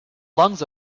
lungs